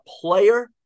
player